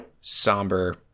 somber